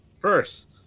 First